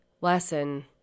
lesson